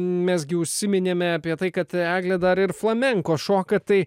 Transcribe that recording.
mes gi užsiminėme apie tai kad eglė dar ir flamenko šoka tai